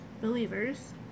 believers